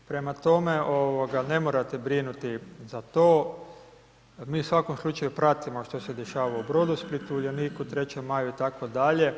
Prema tome, ovoga ne morate brinuti za to, mi u svakom slučaju pratimo što se dešava u Brodosplitu, Uljaniku, 3. maju itd.